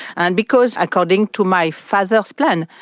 and because, according to my father's plan,